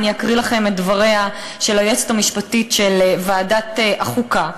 את דבריה של היועצת המשפטית של ועדת החוקה,